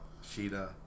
Sheeta